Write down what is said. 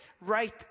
right